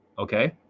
Okay